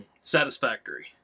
satisfactory